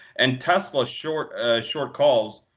and tesla's short ah short calls,